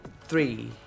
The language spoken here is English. three